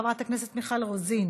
חברת הכנסת מיכל רוזין,